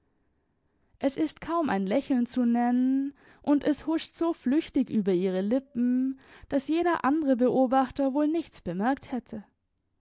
es ist kaum ein lächeln zu nennen und es huscht so flüchtig über ihre lippen daß jeder andere beobachter wohl nichts bemerkt hätte